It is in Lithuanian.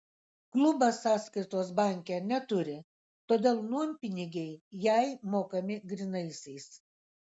klubas sąskaitos banke neturi todėl nuompinigiai jai mokami grynaisiais